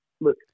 look